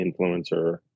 influencer